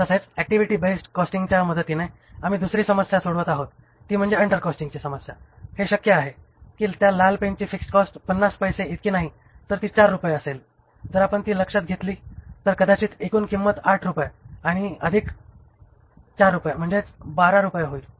तसेच activity based कॉस्टिंगच्या मदतीने आम्ही दुसरी समस्या सोडवत आहोत ती म्हणजे अंडरकॉस्टिंगची समस्या हे शक्य आहे की त्या लाल पेनची फिक्स्ड कॉस्ट 50 पैसे नाही तर ती 4 रूपये आहे जर आपण ती लक्षात घेतली तर तर कदाचित एकूण किंमत 8 रुपये अधिक 4 रुपये म्हणजे 12 रुपये होईल